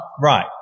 right